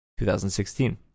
2016